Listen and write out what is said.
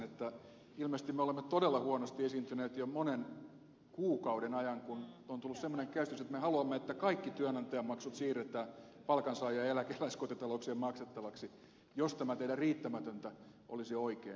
ilmeisesti me olemme todella huonosti esiintyneet jo monen kuukauden ajan kun on tullut semmoinen käsitys että me haluamme että kaikki työnantajamaksut siirretään palkansaaja ja eläkeläiskotitalouksien maksettavaksi jos tämä teidän riittämätöntä olisi oikein